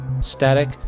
Static